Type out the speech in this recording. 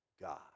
God